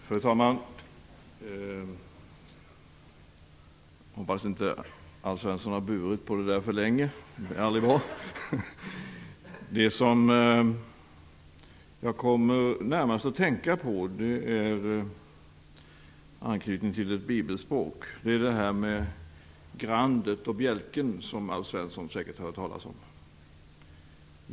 Fru talman! Jag hoppas att Alf Svensson inte har burit på sin fråga för länge. Det är aldrig bra. Det som jag närmast kommer att tänka på anknyter till ett bibelspråk. Det är det här med grandet och bjälken, som Alf Svensson säkert har hört talas om.